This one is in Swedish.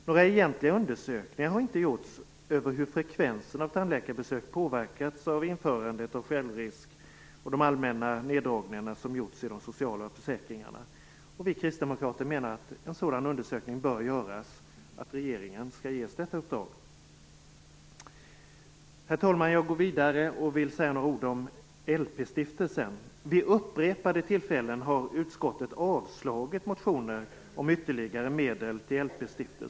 Några egentliga undersökningar har inte gjorts över hur frekvensen av tandläkarbesök påverkats av införandet av självrisk och de allmänna neddragningarna som har gjorts av de sociala försäkringarna. Vi kristdemokrater menar att en sådan undersökning bör göras och att regeringen skall ges detta uppdrag. Herr talman! Jag går vidare till en annan fråga. Vid flera tillfällen att utskottet avstyrkt motioner om ytterligare medel till LP-stiftelsen.